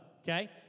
okay